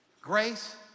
Grace